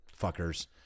fuckers